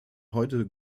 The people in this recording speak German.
heute